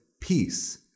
peace